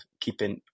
keeping